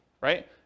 right